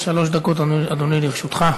שלוש דקות, אדוני, לרשותך.